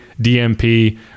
DMP